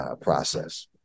process